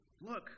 Look